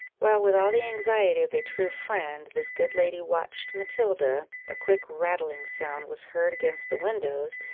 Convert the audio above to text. while with all the anxiety of a true friend, this good lady watched matilda, a quick rattling sound was heard against the windows,